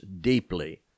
deeply